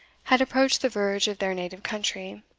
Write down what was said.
had approached the verge of their native country,